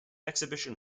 exhibition